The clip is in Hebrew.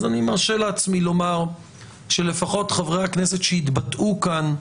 אז אני מרשה לעצמי לומר שלפחות חבר הכנסת שהתבטאו כאן,